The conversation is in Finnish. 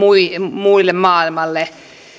muulle maailmalle